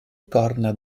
corna